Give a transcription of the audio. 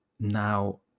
now